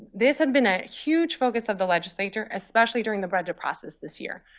this had been a huge focus of the legislature, especially during the budget process this year.